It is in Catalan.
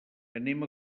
anem